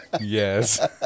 Yes